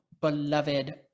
beloved